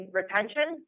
retention